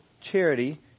charity